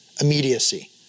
immediacy